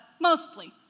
mostly